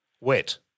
Wet